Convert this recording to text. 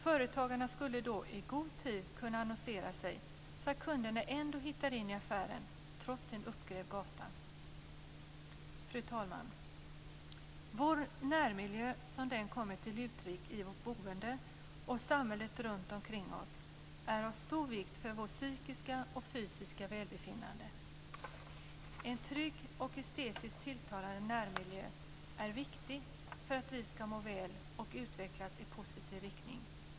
Företagarna skulle då i god tid kunna annonsera så att kunderna hittar in i affären trots en uppgrävd gata. Fru talman! Vår närmiljö som denna kommer till uttryck i vårt boende och samhället runtomkring oss är av stor vikt för vårt psykiska och fysiska välbefinnande. En trygg och estetiskt tilltalande närmiljö är viktig för att vi ska må väl och utvecklas i positiv riktning.